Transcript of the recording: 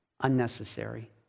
unnecessary